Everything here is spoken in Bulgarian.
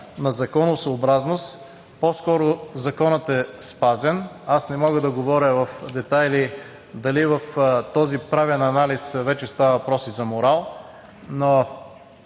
на законосъобразност по-скоро законът е спазен. Аз не мога да говоря в детайли дали в този правен анализ вече става въпрос и за морал, но